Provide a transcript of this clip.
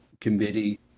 committee